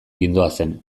gindoazen